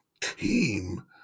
team